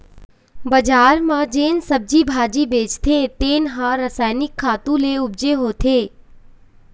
बजार म जेन सब्जी भाजी बेचाथे तेन ह रसायनिक खातू ले उपजे होथे